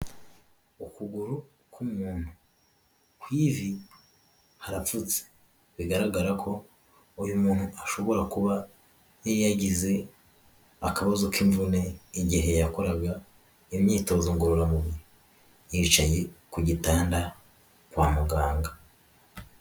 Ukuguru k'umuntu ku iivi harapfutse bigaragara ko uyu muntu ashobora kuba yaragize akabazo k'imvune igihe yakoraga imyitozo ngororamubiri, yicaye ku gitanda kwa muganga.